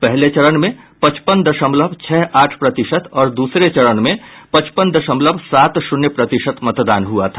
पहले चरण में पचपन दशमलव छह आठ प्रतिशत और दूसरे चरण में पचपन दशमलव सात शून्य प्रतिशत मतदान हुआ था